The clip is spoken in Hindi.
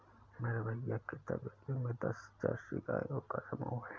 मेरे भैया के तबेले में दस जर्सी गायों का समूह हैं